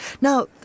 Now